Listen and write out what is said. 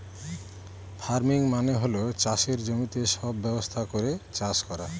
farming মানে হল চাষের জমিতে সব ব্যবস্থা করে চাষ করা